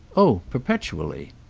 oh perpetually.